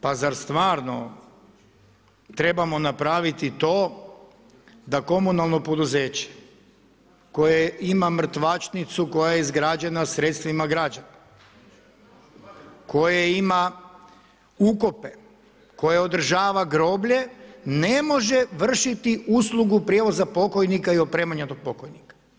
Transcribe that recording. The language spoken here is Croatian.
Pa zar stvarno trebamo napraviti to da komunalno poduzeće koje ima mrtvačnicu koja je izgrađena sredstvima građana, koje ima ukope, koje održava groblje, ne može vršiti uslugu prijevoza pokojnika i opremanja tog pokojnika?